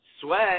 Sweat